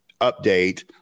update